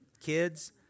Kids